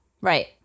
Right